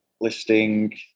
Listing